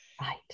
Right